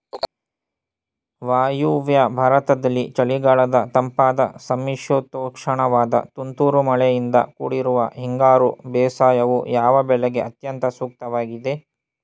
ವಾಯುವ್ಯ ಭಾರತದಲ್ಲಿ ಚಳಿಗಾಲದ ತಂಪಾದ ಸಮಶೀತೋಷ್ಣವಾದ ತುಂತುರು ಮಳೆಯಿಂದ ಕೂಡಿರುವ ಹಿಂಗಾರು ಬೇಸಾಯವು, ಯಾವ ಬೆಳೆಗೆ ಅತ್ಯಂತ ಸೂಕ್ತವಾಗಿದೆ?